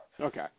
Okay